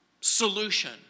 solution